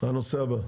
הנושא הבא.